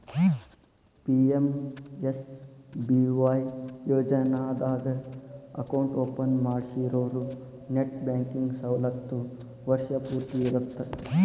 PMSBY ಯೋಜನಾದಾಗ account open ಮಾಡ್ಸಿರೋರು net banking ಸವಲತ್ತು ವರ್ಷ್ ಪೂರ್ತಿ ಇರತ್ತ